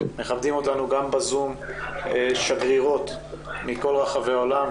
גם בזום שגרירות מכל רחבי האולם,